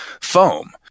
foam